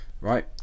Right